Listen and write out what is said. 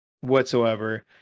whatsoever